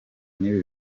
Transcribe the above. n’ibi